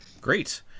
Great